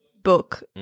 Book